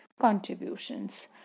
contributions